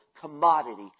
commodity